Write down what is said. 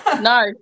no